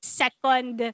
second